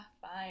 fine